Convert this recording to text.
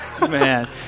Man